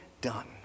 done